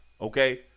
Okay